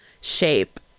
shape